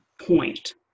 point